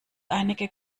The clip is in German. einige